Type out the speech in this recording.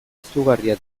izugarria